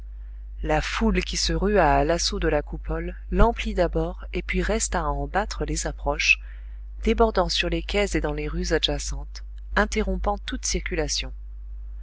la foule qui se rua à l'assaut de la coupole l'emplit d'abord et puis resta à en battre les approches débordant sur les quais et dans les rues adjacentes interrompant toute circulation